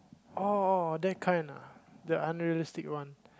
oh that kind ah the unrealistic one